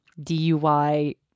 DUI